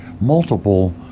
multiple